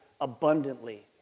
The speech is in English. abundantly